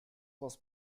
was